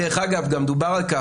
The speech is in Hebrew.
דרך אגב, גם דובר על-כך